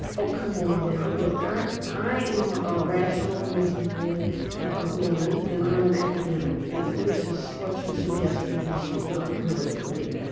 oh, come on, now. look, i i am a rational, reasonable woman, and i'm an academic, and this is, what you're suggesting, just is not really for me.